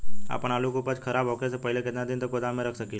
आपन आलू उपज के खराब होखे से पहिले केतन दिन तक गोदाम में रख सकिला?